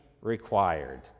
required